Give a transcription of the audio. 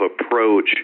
approach